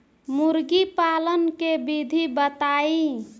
मुर्गीपालन के विधी बताई?